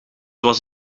was